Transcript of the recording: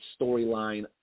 storyline